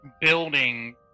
building